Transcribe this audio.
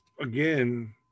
Again